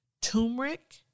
turmeric